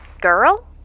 girl